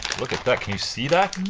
look at that, can you see that?